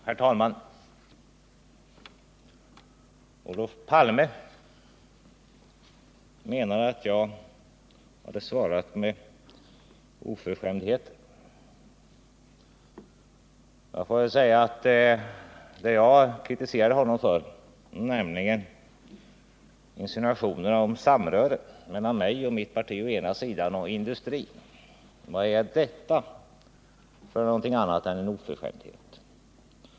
Herr talman! Olof Palme menar att jag har svarat med oförskämdheter. Jag kritiserade honom för insinuationerna om samröre mellan mig och mitt parti å ena sidan och industrin å andra sidan. Vad är detta herr Palmes påstående annat än en oförskämdhet?